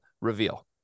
reveal